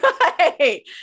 Right